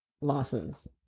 losses